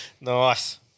Nice